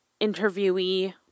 interviewee